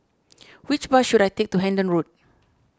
which bus should I take to Hendon Road